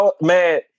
man